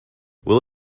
will